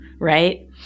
Right